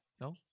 no